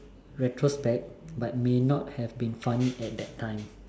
retrospect but may not have been funny at that time